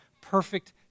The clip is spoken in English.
perfect